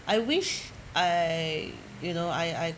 I wish I you know I I